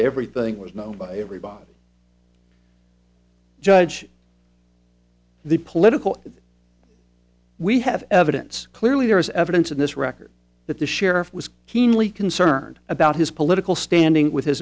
everything we know by everybody judge the political we have evidence clearly there is evidence in this record that the sheriff was keenly concerned about his political standing with his